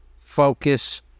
focus